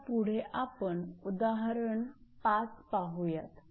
आता पुढे आपण उदाहरण 5 पाहुयात